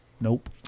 Nope